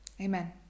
Amen